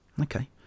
okay